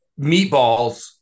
meatballs